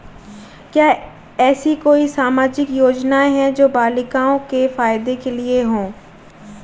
क्या ऐसी कोई सामाजिक योजनाएँ हैं जो बालिकाओं के फ़ायदे के लिए हों?